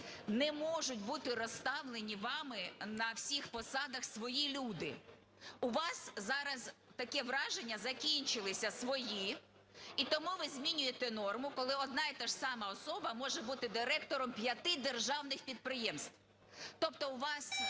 Не можуть бути розставлені вами на всіх посадах свої люди. У вас зараз, таке враження, закінчилися свої і тому ви змінюєте норму, коли одна і та ж сама особа може бути директором п'яти державних підприємств, тобто у вас